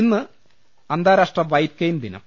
ഇന്ന് അന്താരാഷ്ട white cane ദിനം